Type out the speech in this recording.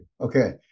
Okay